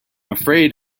afraid